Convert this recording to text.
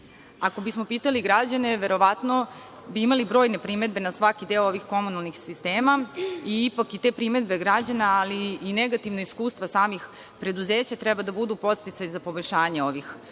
Ako bismo pitali građane verovatno bi imali brojne primedbe na svaki deo ovih komunalnih sistema i ipak i te primedbe građana ali i negativna iskustva samih preduzeća treba da budu podsticaj za poboljšanje ovih